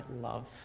love